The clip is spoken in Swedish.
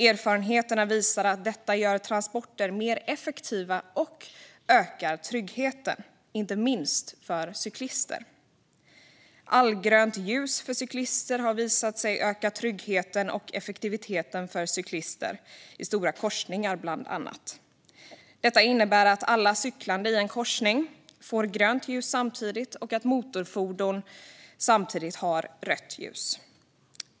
Erfarenheterna visar att detta gör transporter mer effektiva och ökar tryggheten, inte minst för cyklister. Allgrönt ljus för cyklister har visat sig öka tryggheten och effektiviteten för cyklister i stora korsningar. Detta innebär att alla cyklande i en korsning får grönt ljus samtidigt och att motorfordon samtidigt har rött ljus.